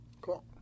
Cool